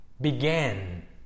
began